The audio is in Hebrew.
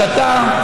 שתה,